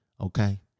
Okay